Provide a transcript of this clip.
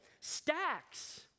stacks